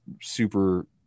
super